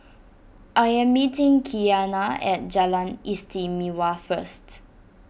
I am meeting Kianna at Jalan Istimewa first